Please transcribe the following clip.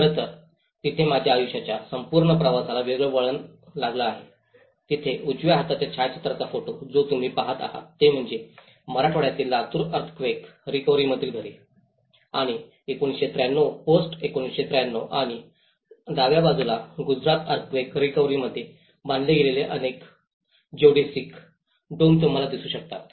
खरं तर जिथे माझ्या आयुष्याच्या संपूर्ण प्रवासाला वेगळं वळण लागलं आहे तिथे उजव्या हाताच्या छायाचित्राचा फोटो जो तुम्ही पहात आहात ते म्हणजे मराठवाड्यातील लातूर अर्थक्वेक रिकव्हरीमधील घरे आणि 1993 पोस्ट 1993 आणि डाव्या बाजूला गुजरात अर्थक्वेक रिकव्हरीमध्ये बांधले गेलेले अनेक जिओडसिक डोम तुम्हाला दिसू शकतात